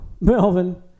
Melvin